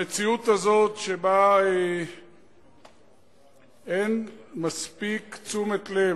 המציאות הזאת שבה אין מספיק תשומת לב